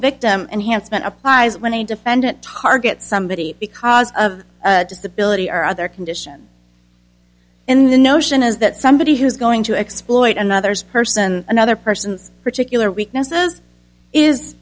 victim and hanson applies when a defendant target somebody because of disability or other condition in the notion is that somebody who's going to exploit another's person another person's particular weaknesses is